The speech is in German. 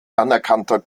anerkannter